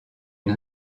une